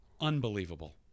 Unbelievable